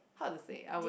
how to say I would